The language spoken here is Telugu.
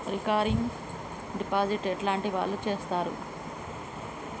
రికరింగ్ డిపాజిట్ ఎట్లాంటి వాళ్లు చేత్తరు?